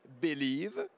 believe